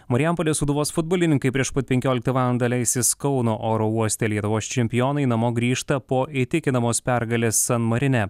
marijampolės sūduvos futbolininkai prieš pat penkioliktą valandą leisis kauno oro uoste lietuvos čempionai namo grįžta po įtikinamos pergalės san marine